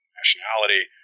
nationality